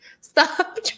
stop